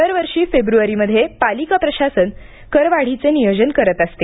दरवर्षी फेब्र्वारीमध्ये पालिका प्रशासन करवाढीचे नियोजन करत असते